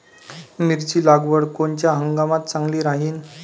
मिरची लागवड कोनच्या हंगामात चांगली राहीन?